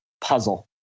puzzle